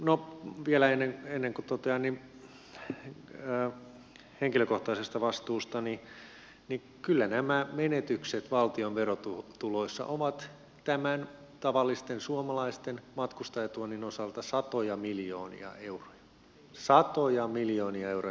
no vielä ennen kuin totean henkilökohtaisesta vastuusta niin kyllä nämä menetykset valtion verotuloissa ovat tämän tavallisten suomalaisten matkustajatuonnin osalta satoja miljoonia euroja satoja miljoonia euroja